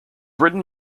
written